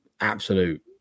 absolute